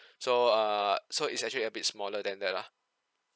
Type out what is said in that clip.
so err so it's actually a bit smaller than that lah